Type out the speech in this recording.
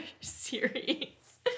series